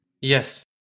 Yes